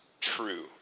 true